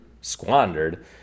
squandered